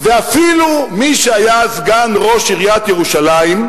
ואפילו מי שהיה סגן ראש עיריית ירושלים,